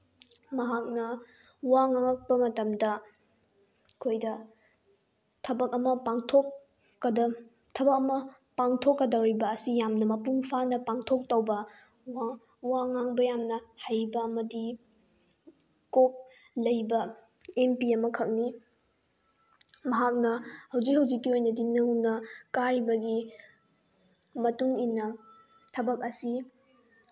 ꯃꯍꯥꯛꯅ ꯋꯥ ꯉꯥꯡꯉꯛꯄ ꯃꯇꯝꯗ ꯑꯩꯈꯣꯏꯗ ꯊꯕꯛ ꯑꯃ ꯊꯕꯛ ꯑꯃ ꯄꯥꯡꯊꯣꯛꯀꯗꯧꯔꯤꯕ ꯑꯁꯤ ꯌꯥꯝꯅ ꯃꯄꯨꯡ ꯐꯥꯅ ꯄꯥꯡꯊꯣꯛꯇꯧꯕ ꯋꯥ ꯉꯥꯡꯕ ꯌꯥꯝꯅ ꯍꯩꯕ ꯑꯃꯗꯤ ꯀꯣꯛ ꯂꯩꯕ ꯑꯦꯝ ꯄꯤ ꯑꯃꯈꯛꯅꯤ ꯃꯍꯥꯛꯅ ꯍꯧꯖꯤꯛ ꯍꯧꯖꯤꯛꯀꯤ ꯑꯣꯏꯅꯗꯤ ꯅꯧꯅ ꯀꯥꯔꯤꯕꯒꯤ ꯃꯇꯨꯡꯏꯟꯅ ꯊꯕꯛ ꯑꯁꯤ